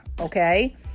Okay